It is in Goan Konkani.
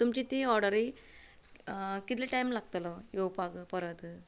तुमची ती ऑर्डरी कितलो टायम लागतलो येवपाक परत